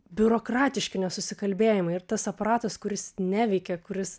biurokratiški nesusikalbėjimai ir tas aparatas kuris neveikia kuris